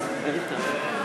לוי.